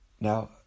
Now